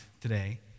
today